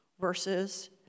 versus